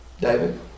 David